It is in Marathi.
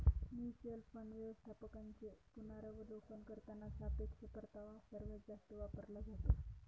म्युच्युअल फंड व्यवस्थापकांचे पुनरावलोकन करताना सापेक्ष परतावा सर्वात जास्त वापरला जातो